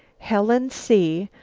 helen c,